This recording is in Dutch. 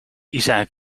isaac